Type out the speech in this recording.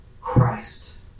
Christ